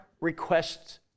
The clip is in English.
requests